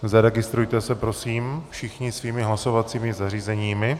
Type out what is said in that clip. Zaregistrujte se prosím všichni svými hlasovacími zařízeními.